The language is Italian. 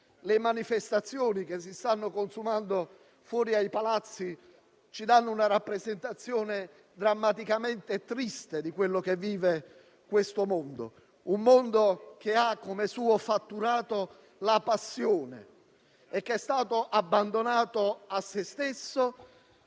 le manifestazioni che si stanno consumando fuori dai Palazzi ci danno una rappresentazione drammaticamente triste di quanto sta vivendo questo mondo, un mondo che ha come suo fatturato la passione e che è stato abbandonato a se stesso